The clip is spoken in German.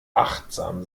achtsam